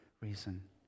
reason